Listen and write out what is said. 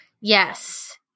Yes